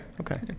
Okay